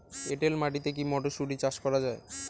এটেল মাটিতে কী মটরশুটি চাষ করা য়ায়?